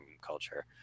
culture